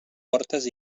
portes